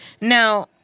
now